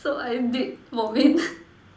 so I did vomit